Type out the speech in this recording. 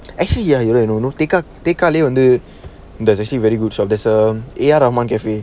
actually ya you know you know tekka tekka lane and it there's actually very good shop there's a ar rahman cafe